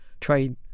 Trade